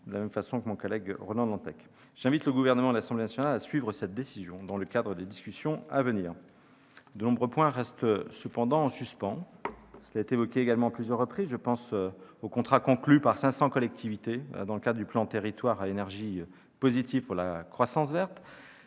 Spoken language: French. de la même façon que mon collègue Ronan Dantec. J'invite le Gouvernement et l'Assemblée nationale à suivre cette décision dans le cadre des discussions à venir. De nombreux points restent cependant en suspens, cela a été évoqué également à plusieurs reprises. Je pense aux contrats conclus par 500 collectivités dans le cadre du plan Territoire à énergie positive pour la croissance verte.